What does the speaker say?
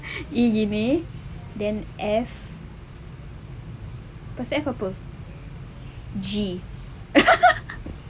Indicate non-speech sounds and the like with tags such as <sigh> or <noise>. E begini then F lepas F apa <laughs>